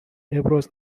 ابراز